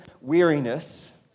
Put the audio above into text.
Weariness